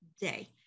day